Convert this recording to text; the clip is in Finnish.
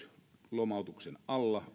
lomautuksen alla